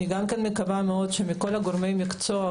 אני מקווה מאוד שמכל גורמי המקצוע,